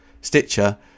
Stitcher